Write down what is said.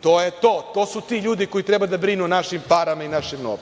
To je to. To su ti ljudi koji treba da brinu o našim parama i našem